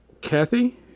Kathy